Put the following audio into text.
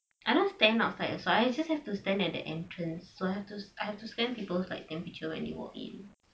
I don't stand outside that's why I just have to stand at the entrance so I have to I have to scan people's like temperature when they walk in